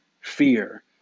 fear